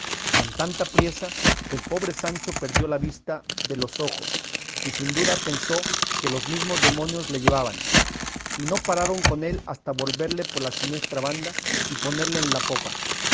con tanta priesa que el pobre sancho perdió la vista de los ojos y sin duda pensó que los mismos demonios le llevaban y no pararon con él hasta volverle por la siniestra banda y ponerle en la popa